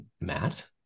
Matt